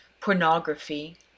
pornography